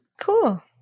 Cool